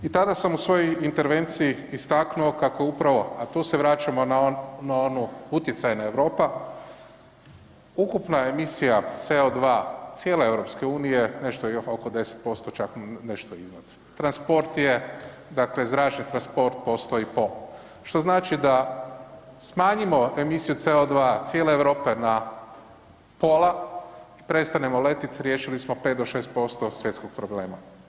I tada sam u svojoj intervenciji istaknuo kako upravo, a tu se vraćamo na onu „utjecajna Europa“, ukupna emisija CO2 cijele EU nešto je oko 10% čak nešto i iznad, transport je, dakle zračni transport postoji po, što znači da smanjimo emisiju CO2 cijele Europe na pola i prestanemo letit, riješili smo 5 do 6% svjetskog problema.